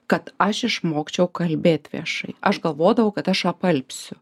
kad aš išmokčiau kalbėt viešai aš galvodavau kad aš apalpsiu